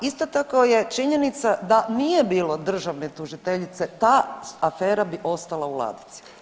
Isto tako je činjenica da nije bilo državne tužiteljice ta afera bi ostala u ladici.